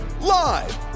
live